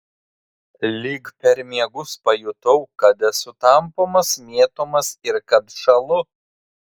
lyg per miegus pajutau kad esu tampomas mėtomas ir kad šąlu